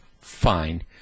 fine